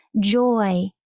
joy